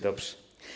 Dobrze.